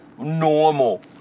normal